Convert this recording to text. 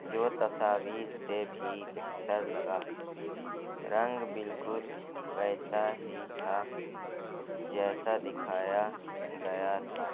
جو تصاویر سے بھی بہتر لگا رنگ بالکل ویسا ہی تھا جیسا دکھایا گیا تھا